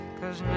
cause